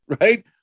Right